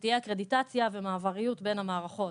שתהיה אקרדיטציה ומעבריות בין המערכות.